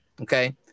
Okay